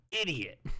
idiot